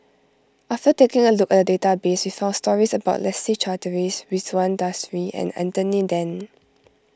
after taking a look at the database we found stories about Leslie Charteris Ridzwan Dzafir and Anthony then